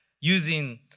using